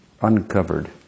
uncovered